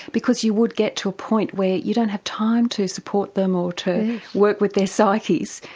because you would get to a point where you don't have time to support them or to work with their psyches.